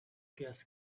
gas